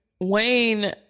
Wayne